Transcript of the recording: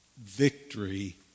victory